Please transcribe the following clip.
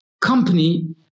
company